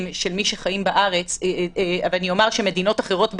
של מי שחיים בארץ ואני אומר שמדינות אחרות בעולם,